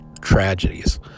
tragedies